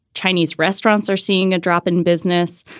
chinese restaurants are seeing a drop in business.